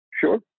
Sure